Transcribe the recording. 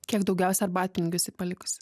kiek daugiausia arbatpinigių esi palikusi